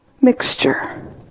Mixture